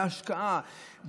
בהשקעה,